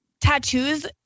tattoos